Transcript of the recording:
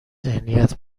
ذهنیت